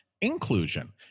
inclusion